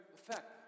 effect